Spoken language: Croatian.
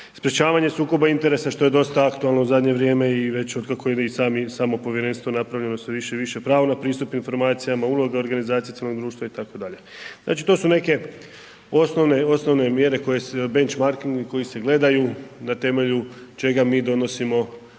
sprečavanje sukoba interesa, što je dosta aktualno u zadnje vrijeme i već otkako i samo povjerenstvo je napravljeno, sve više i više, pravo na pristup informacijama, uloga organizacije civilnog društva itd. Znači, to su neke osnovne mjere koje se, benchmarking, koje se gledaju na temelju čega mi donosimo određene